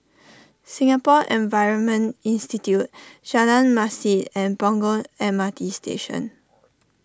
Singapore Environment Institute Jalan Masjid and Punggol M R T Station